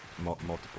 Multiple